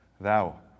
Thou